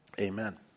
Amen